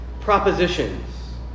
propositions